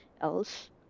else